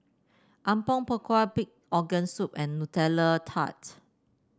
Apom Berkuah Pig Organ Soup and Nutella Tart